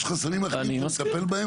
יש חסמים אחרים שצריך לטפל בהם.